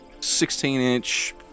16-inch